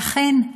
ואכן,